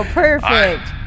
perfect